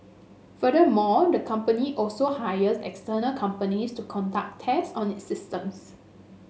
furthermore the company also hires external companies to conduct test on its systems